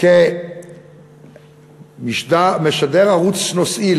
כי המשדר ערוץ נושאי,